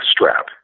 strap